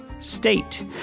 state